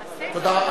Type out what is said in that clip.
תודה.